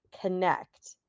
connect